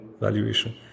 valuation